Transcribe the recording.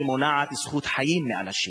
שמונעת זכות חיים מאנשים.